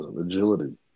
agility